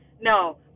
No